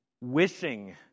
wishing